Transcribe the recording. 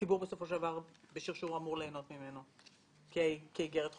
שהציבור בסופו של דבר בשרשור אמור ליהנות ממנו כאגרת חוב?